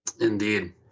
Indeed